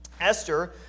Esther